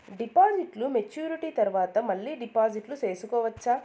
డిపాజిట్లు మెచ్యూరిటీ తర్వాత మళ్ళీ డిపాజిట్లు సేసుకోవచ్చా?